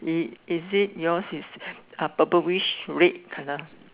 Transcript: is is it yours is uh purplish red colour